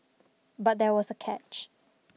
but there was a catch